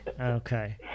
okay